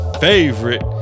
favorite